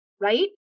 Right